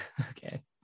Okay